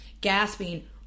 gasping